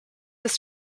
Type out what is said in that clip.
this